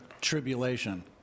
tribulation